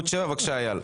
הצבעה לא אושר.